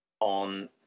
on